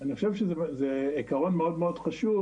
אני חושב שזה עקרון מאוד מאוד חשוב.